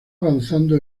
avanzando